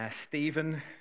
Stephen